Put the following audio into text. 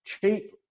cheap